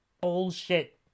bullshit